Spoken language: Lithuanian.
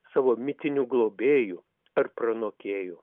savo mitinių globėju ar pranokėju